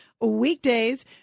weekdays